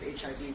HIV